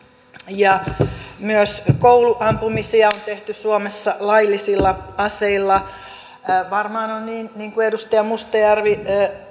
ja myös kouluampumisia on tehty suomessa laillisilla aseilla varmaan on niin niin kuin edustaja mustajärvi